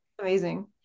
Amazing